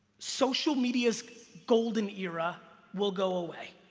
social media's golden era will go away.